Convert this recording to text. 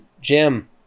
Jim